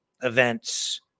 events